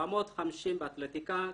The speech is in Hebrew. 450 באתלטיקה,